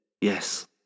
Yes